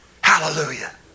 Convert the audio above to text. Hallelujah